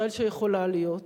ישראל שיכולה להיות.